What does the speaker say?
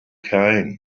came